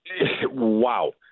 Wow